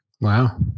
Wow